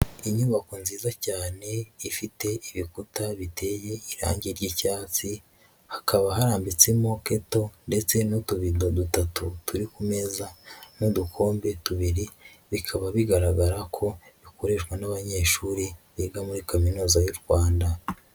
Inyubako nziza cyane ifite ibikuta biteye irangi ry'icyatsi hakaba harambitsemo keto ndetse n'utubido dutatu turi ku meza n'udukombe tubiri, bikaba bigaragara ko bikoreshwa n'abanyeshuri biga muri kaminuza y'u Rwanda.